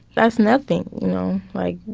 that's nothing. you know, like,